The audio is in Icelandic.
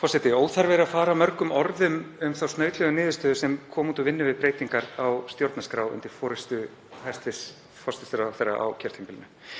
Forseti. Óþarfi er að fara mörgum orðum um þá snautlegu niðurstöðu sem kom út úr vinnu við breytingar á stjórnarskrá undir forystu hæstv. forsætisráðherra á kjörtímabilinu.